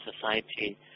society